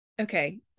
okay